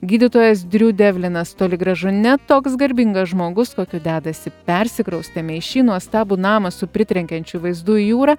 gydytojas driu devlinas toli gražu ne toks garbingas žmogus kokiu dedasi persikraustėme į šį nuostabų namą su pritrenkiančiu vaizdu į jūrą